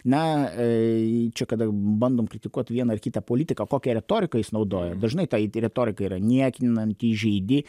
na tai čia kada bandom kritikuot vieną ar kitą politiką kokią retoriką jis naudoja dažnai tai retorika yra niekinanti įžeidi